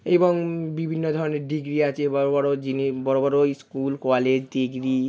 এবং বিভিন্ন ধরনের ডিগ্রি আছে বড় বড় যিনি বড় বড় স্কুল কলেজ ডিগ্রি